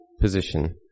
position